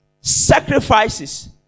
sacrifices